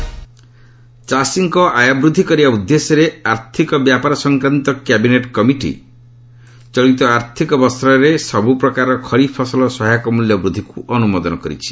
MSP cabinet ଚାଷୀଙ୍କ ଆୟ ବୃଦ୍ଧି କରିବା ଉଦ୍ଦେଶ୍ୟରେ ଆର୍ଥକ ବ୍ୟାପାର ସଂକ୍ରାନ୍ତ କ୍ୟାବିନେଟ କମିଟି ଚଳିତ ଆର୍ଥକ ବର୍ଷରେ ସବୁପ୍ରକାର ଖରିଫ ଫସଲର ସହାୟକ ମୂଲ୍ୟ ବୃଦ୍ଧିକୁ ଅନୁମୋଦନ କରିଛି